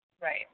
Right